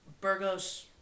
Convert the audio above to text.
Burgos